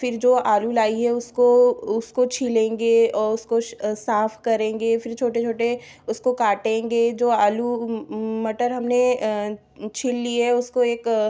फिर जो आलू लाई है उसको उसको छीलेंगे उसको साफ करेंगे फिर छोटे छोटे उसको काटेंगे जो आलू मटर हमने छील लिए उसको एक